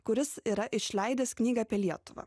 kuris yra išleidęs knygą apie lietuvą